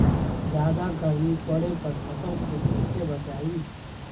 जादा गर्मी पड़े पर फसल के कैसे बचाई?